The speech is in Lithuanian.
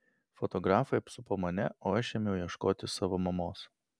fotografai apsupo mane o aš ėmiau ieškoti savo mamos